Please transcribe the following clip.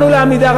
באנו ל"עמידר",